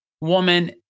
woman